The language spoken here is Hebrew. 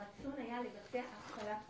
הרצון היה לבצע הפעלת כוחות,